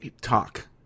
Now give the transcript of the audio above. talk